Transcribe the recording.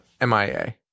MIA